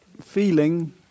feeling